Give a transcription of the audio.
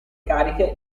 cariche